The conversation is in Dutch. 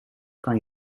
kan